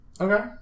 Okay